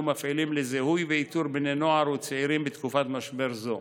מפעילים לזיהוי ולאיתור בני נוער וצעירים בתקופת משבר זו.